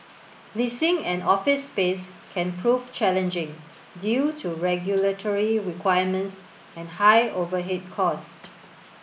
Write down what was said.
leasing an office space can prove challenging due to regulatory requirements and high overhead costs